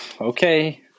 okay